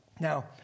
Now